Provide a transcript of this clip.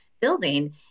building